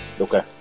Okay